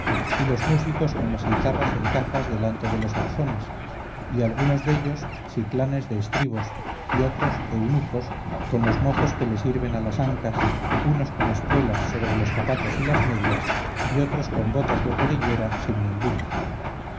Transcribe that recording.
y los músicos con la guitarras en cajas delante de los arzones y algunos dellos ciclanes de estribos y otros eunucos con los mozos que le sirven a las ancas unos con espuelas sobre los zapatos y las medias y otros con botas de rodillera sin ninguna